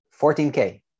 14k